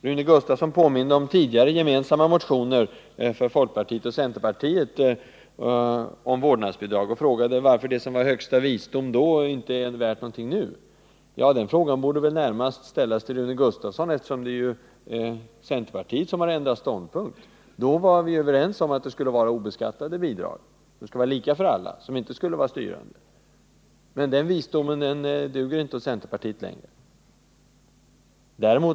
Rune Gustavsson påminde om tidigare gemensamma motioner från folkpartiet och centerpartiet om vårdnadsbidrag och frågade varför det, som var högsta visdom då, inte är värt någonting nu. Den frågan borde närmast ställas till Rune Gustavsson, eftersom det är centerpartiet som har ändrat ståndpunkt. Då var vi överens om att det skulle vara obeskattade bidrag, lika för alla, som inte skulle vara styrande. Men den visdomen duger inte åt centerpartiet längre.